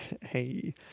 Hey